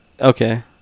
okay